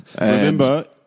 Remember